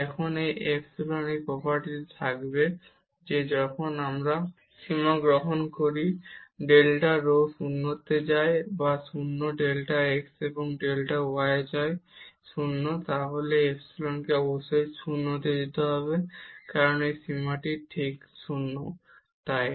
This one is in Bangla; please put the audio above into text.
এবং এই ইপসিলন এর প্রোপার্টি থাকবে যে যখন আমরা সীমা গ্রহণ করি ডেল্টা রো 0 তে যায় 0 বা delta x এবং ডেল্টা y এ যায় 0 তাহলে এই ইপসিলন কে অবশ্যই 0 তে যেতে হবে কারণ এর সীমাটি ঠিক 0 তাই